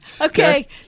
okay